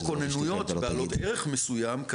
או כונניות בעלות ערך מסוים,